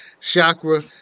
Chakra